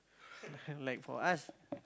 like for us